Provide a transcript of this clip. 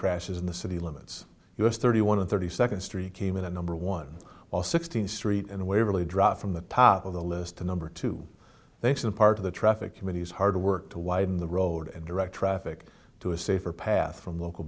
crashes in the city limits us thirty one and thirty second street came in at number one while sixteenth street and waverly dropped from the top of the list to number two thanks in part of the traffic committee's hard work to widen the road and direct traffic to a safer path from local